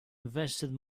invested